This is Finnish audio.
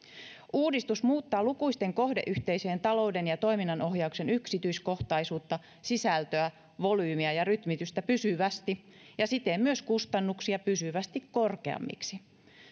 uudistus muuttaa lukuisten kohdeyhteisöjen talouden ja toiminnan ohjauksen yksityiskohtaisuutta sisältöä volyymia ja rytmitystä pysyvästi ja siten myös kustannuksia pysyvästi korkeammiksi